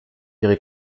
ihre